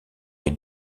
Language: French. est